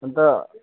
अन्त